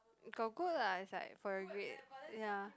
got good lah it's like for a grade